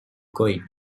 going